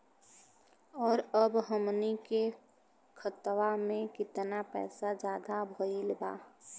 और अब हमनी के खतावा में कितना पैसा ज्यादा भईल बा?